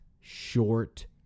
short